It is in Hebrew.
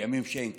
בימים שאין כנסת?